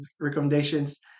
recommendations